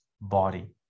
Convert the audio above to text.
body